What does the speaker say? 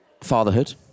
fatherhood